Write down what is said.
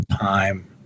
time